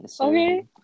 Okay